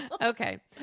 Okay